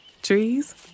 Trees